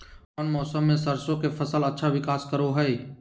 कौन मौसम मैं सरसों के फसल अच्छा विकास करो हय?